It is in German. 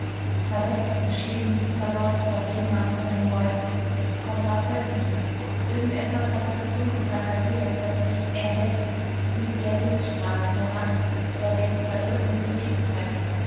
verletzt beschämt verlor sich der redner unter den bäumen konrad folgte ihm irgend etwas hatte das dunkel seiner seele plötzlich er hellt wie der blitzstrahl in der nacht der dem verirrten den weg zeigt